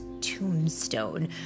tombstone